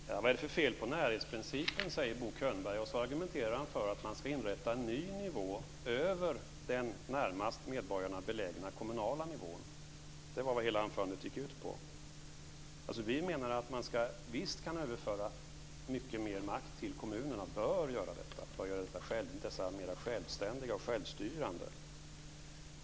Fru talman! Vad är det för fel på närhetsprincipen, frågar Bo Könberg. Sedan argumenterar han för att man ska inrätta en ny nivå över den närmast medborgarna belägna kommunala nivån. Det var vad hela anförandet gick ut på. Vi menar att man visst kan överföra mycket mer makt till kommunerna och bör göra detta och göra dessa mer självständiga och självstyrande.